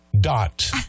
dot